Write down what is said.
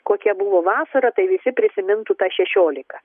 kokia buvo vasara tai visi prisimintų tą šešiolika